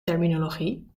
terminologie